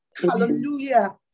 Hallelujah